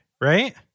right